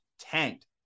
tanked